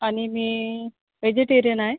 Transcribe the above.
आणि मी वेजिटेरिअन आहे